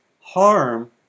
harm